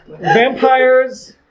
Vampires